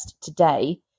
today